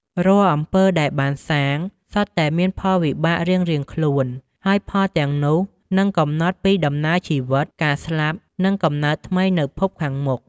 រាល់អំពើដែលបានសាង សុទ្ធតែមានផលវិបាករៀងៗខ្លួន ហើយផលទាំងនោះនឹងកំណត់ពីដំណើរជីវិត ការស្លាប់ និងកំណើតថ្មីនៅភពខាងមុខ។